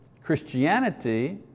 Christianity